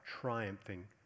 triumphing